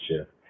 shift